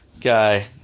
guy